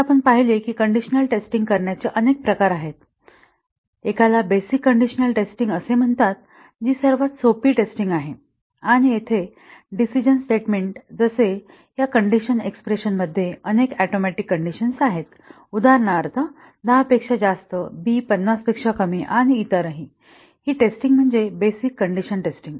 तर आपण पाहिले की कंडिशनल टेस्टिंग करण्याचे अनेक प्रकार आहेत एकाला बेसिक कंडिशनल टेस्टिंग असे म्हणतात जी सर्वात सोपी टेस्टिंग आहे आणि येथे डिसिजन स्टेटमेंट जसे या कंडिशनल एक्स्प्रेशन मध्ये अनेक ऍटोमिक कंडिशन्स आहेत उदाहरणार्थ 10 पेक्षा जास्त b 50 पेक्षा कमी आणि इतरही आणि ही टेस्टिंग म्हणजे बेसिक कंडिशन टेस्टिंग